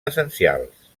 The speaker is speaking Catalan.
essencials